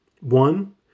One